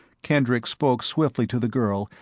kendricks spoke swiftly to the girl,